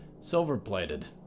Silver-plated